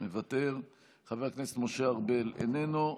מוותר, חבר הכנסת משה ארבל, איננו.